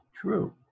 true